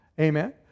amen